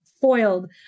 foiled